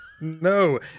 No